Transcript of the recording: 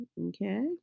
Okay